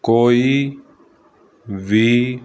ਕੋਈ ਵੀ